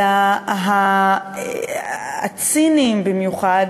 אלא הציניים במיוחד,